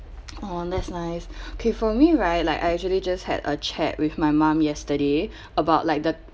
oh that's nice okay for me right like I actually just had a chat with my mom yesterday about like the